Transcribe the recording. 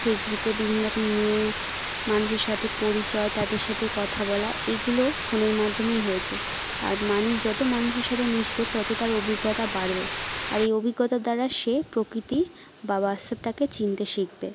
ফেসবুকে বিভিন্ন রকম নিউস মানুষের সাথে পরিচয় তাদের সাথে কথা বলা এইগুলো ফোনের মাধ্যমেই হয়েছে আর মানুষ যতো মানুষের সাতে মিশবে তত তার অভিজ্ঞতা বাড়বে আর এই অভিজ্ঞতার দ্বারা সে প্রকৃতি বা বাস্তবটাকে চিনতে শিখবে